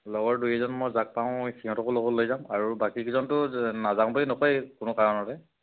লগৰ দুই এজন মই যাক পাওঁ সিহঁতকো লগত লৈ যাম আৰু বাকীকেইজনটো নাযাও বুলি নকৈয়ে কোনো কাৰণতে